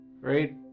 Right